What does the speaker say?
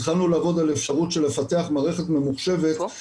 התחלנו לעבוד על לפתח מערכת ממוחשבת,